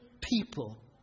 people